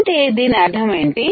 అంటే దీని అర్థమేంటి